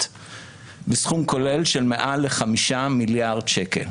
סכום כולל של מעל לחמישה מיליארד שקלים.